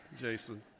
Jason